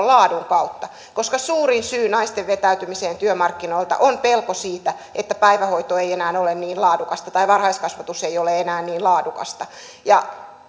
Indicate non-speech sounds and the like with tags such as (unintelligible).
(unintelligible) laadun kautta koska suurin syy naisten vetäytymiseen työmarkkinoilta on pelko siitä että päivähoito ei ole enää niin laadukasta tai varhaiskasvatus ei ole enää niin laadukasta